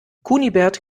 kunibert